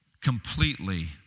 completely